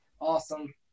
Awesome